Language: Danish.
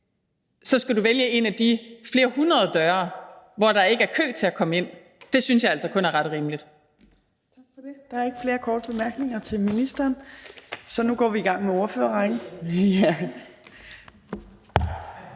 ny, skal du vælge en af de flere hundreder døre, hvor der ikke er kø til at komme ind, synes jeg altså kun er ret og rimeligt.